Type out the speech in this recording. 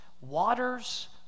waters